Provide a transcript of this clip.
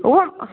उहा